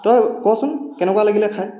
তই কচোন কেনেকুৱা লাগিলে খাই